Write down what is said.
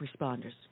responders